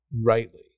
rightly